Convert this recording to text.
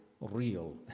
real